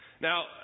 Now